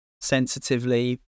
sensitively